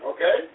Okay